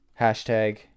Hashtag